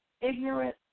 ignorant